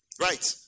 Right